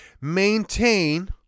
maintain